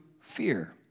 fear